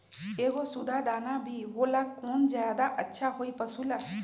एगो सुधा दाना भी होला कौन ज्यादा अच्छा होई पशु ला?